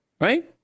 Right